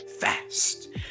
fast